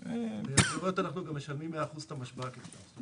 באזוריות אנחנו גם משלמים 100% את המשב"קים.